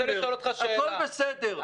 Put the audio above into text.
הכול בסדר.